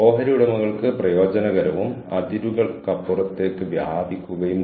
ഞാൻ എന്താണ് പറയുന്നതെന്ന് എനിക്ക് വ്യക്തമായിരിക്കണം